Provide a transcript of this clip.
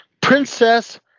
Princess